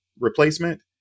replacement